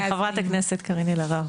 רשות הדיבור לחברת הכנסת קארין אלהרר.